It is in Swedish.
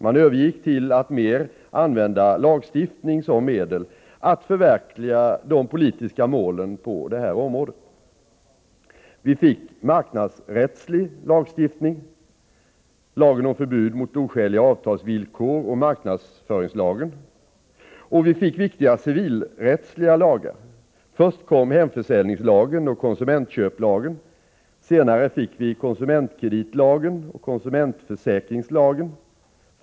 Man övergick till att mer använda lagstiftning som medel att förverkliga de politiska målen på detta område. Vi fick marknadsrättslig lagstiftning — lagen om förbud mot oskäliga avtalsvillkor och marknadsföringslagen. Och vi fick viktiga civilrättsliga lagar. Först kom hemförsäljningslagen och konsumentköplagen. Senare fick vi konsumentkreditlagen och konsumentförsäkringslagen.